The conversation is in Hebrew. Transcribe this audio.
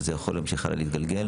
וזה יכול להמשיך הלאה להתגלגל.